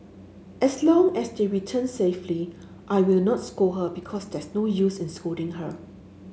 as long as they return safely I will not scold her because there's no use in scolding her